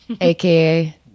aka